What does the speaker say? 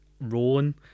rolling